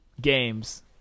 games